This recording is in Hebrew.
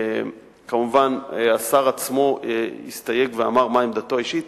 השר עצמו הסתייג ואמר מה עמדתו האישית.